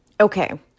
Okay